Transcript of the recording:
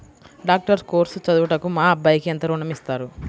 Doctor course చదువుటకు మా అబ్బాయికి ఎంత ఋణం ఇస్తారు?